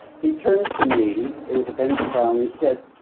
he turned to me it was a bench trial. he said,